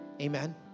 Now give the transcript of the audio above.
Amen